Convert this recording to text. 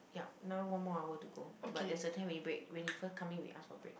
yup now one more hour to go but there's a ten minute break when he first come in we ask for break